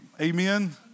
Amen